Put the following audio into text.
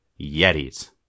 yetis